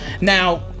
Now